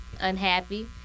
Unhappy